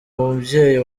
mubyeyi